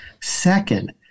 second